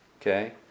Okay